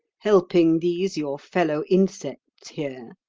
helping these your fellow insects here,